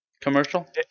commercial